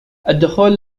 الدخول